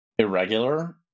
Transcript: Irregular